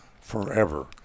forever